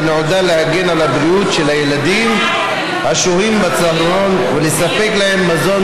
ונועדה להגן על הבריאות של האנשים השוהים בצהרון ולספק להם מזון